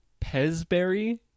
Pezberry